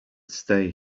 stay